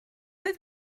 oedd